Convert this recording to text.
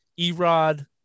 Erod